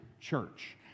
church